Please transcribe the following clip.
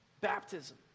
Baptism